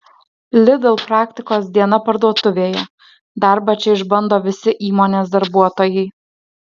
lidl praktikos diena parduotuvėje darbą čia išbando visi įmonės darbuotojai